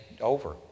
over